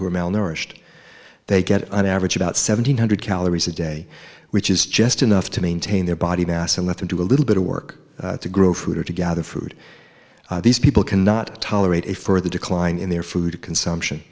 who are malnourished they get on average about seven hundred calories a day which is just enough to maintain their body mass and let them do a little bit of work to grow food or to gather food these people cannot tolerate a further decline in their food consumption